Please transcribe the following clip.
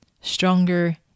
stronger